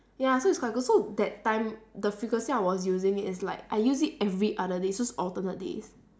ya so it's quite good so that time the frequency I was using it is like I use it every other day so it's alternate days